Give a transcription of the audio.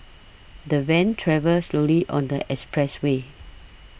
the van travelled slowly on the expressway